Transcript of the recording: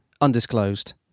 Undisclosed